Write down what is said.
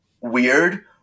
weird